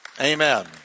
Amen